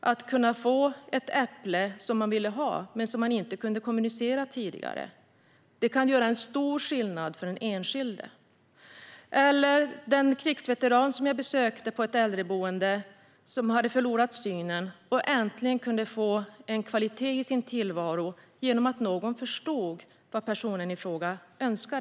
Man kan få äpplet som man tidigare inte kunde kommunicera att man ville ha. Sådant kan göra stor skillnad för den enskilde. Det handlar om krigsveteranen jag besökte på ett äldreboende, som hade förlorat synen men äntligen kunde få kvalitet i sin tillvaro genom att någon förstod vad personen i fråga önskade.